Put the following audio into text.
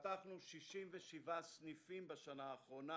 פתחנו 67 סניפים בשנה האחרונה